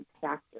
factor